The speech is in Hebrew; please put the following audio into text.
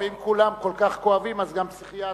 ואם כולם כל כך כואבים אז גם פסיכיאטר.